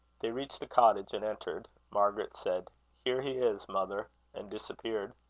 they reached the cottage and entered. margaret said here he is, mother and disappeared.